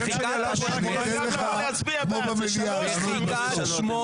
אני אתן לך, כמו במליאה, לענות בסוף.